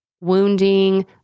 Wounding